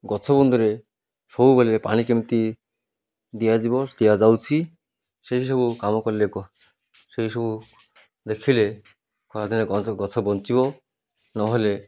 ଗଛ ବନ୍ଧରେ ସବୁବେଳେ ପାଣି କେମିତି ଦିଆଯିବ ଦିଆଯାଉଛି ସେହିସବୁ କାମ କଲେ କ ସେହିସବୁ ଦେଖିଲେ ଖରାଦିନେ ଗଛ ବଞ୍ଚିବ ନହେଲେ